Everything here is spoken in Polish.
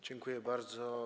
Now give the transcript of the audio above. Dziękuję bardzo.